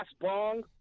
bong